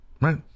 Right